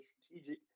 strategic